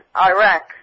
Iraq